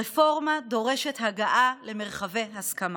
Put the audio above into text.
רפורמה דורשת הגעה למרחבי הסכמה.